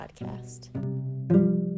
podcast